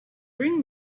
bring